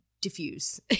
diffuse